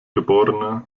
geb